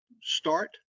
start